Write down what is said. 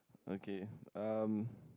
okay um